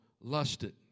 lusted